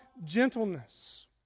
gentleness